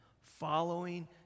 Following